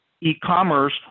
e-commerce